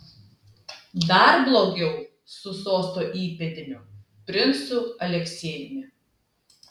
dar blogiau su sosto įpėdiniu princu aleksiejumi